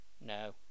No